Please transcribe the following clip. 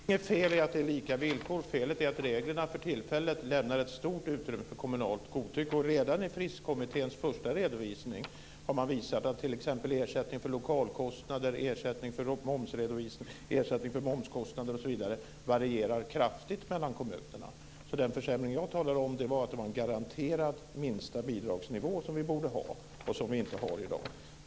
Fru talman! Det är inget fel i att det är lika villkor. Felet är att reglerna för tillfället lämnar ett stort utrymme för kommunalt godtycke. Redan i Fristkommitténs första redovisning har man visat att t.ex. ersättning för lokalkostnader, ersättning för momsredovisning, ersättning för momskostnader osv. varierar kraftigt mellan kommunerna. Den försämring jag talade om var att det var en garanterad minsta bidragsnivå som vi borde ha som vi inte har i dag.